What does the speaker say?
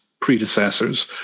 predecessors